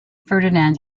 ferdinand